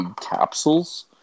capsules